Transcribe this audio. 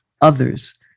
others